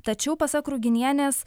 tačiau pasak ruginienės